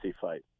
fight